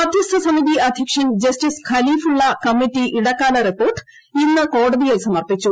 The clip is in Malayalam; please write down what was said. മധ്യസ്ഥ സമിതി അധ്യക്ഷൻ ജസ്റ്റിസ് ഖലീഫുള്ള കമ്മിറ്റി ഇടക്കാല റിപ്പോർട്ട് ഇന്ന് കോടതിയിൽ സമർപ്പിച്ചു